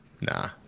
Nah